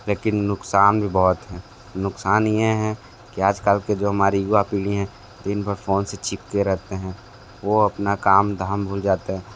लेकिन नुक़सान भी बहुत हैं नुक़सान ये हैं कि आज कल के हमारे जो युवा पीढ़ी हैं दिनभर फ़ौन से चिपके रहते हैं वो अपना काम धाम भूल जाते हैं